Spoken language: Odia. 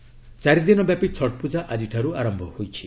ଛଟ୍ ପୂଜା ଚାରିଦିନ ବ୍ୟାପୀ ଛଟ୍ ପୂଜା ଆଜିଠାରୁ ଆରମ୍ଭ ହୋଇଛି